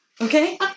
okay